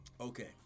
Okay